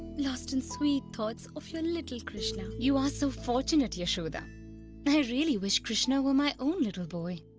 lost in sweet thoughts of your little krishna. you are so fortunate, yashoda! i really wish krishna were my own little boy!